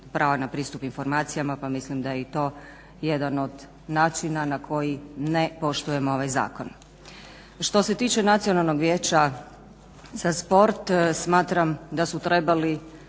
prava na pristup informacijama pa mislim da je i to jedan od načina na koji ne poštujemo ovaj zakon. Što se tiče nacionalnog vijeća za sport, smatram da su trebali